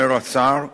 אומר השר כחלון,